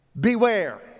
Beware